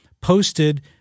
posted